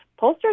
pollsters